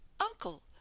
uncle